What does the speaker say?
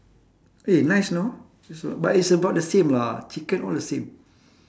eh nice you know it's a but is about the same lah chicken all the same